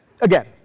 Again